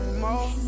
more